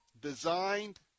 designed